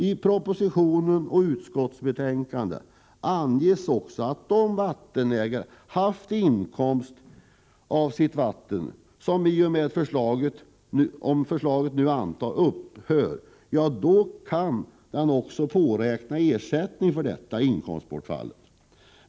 I propositionen och i utskottsbetänkandet anges också att de vattenägare som haft inkomst av sitt vatten och som vid bifall till propositionens förslag går miste om denna kan påräkna ersättning för inkomstbortfallet.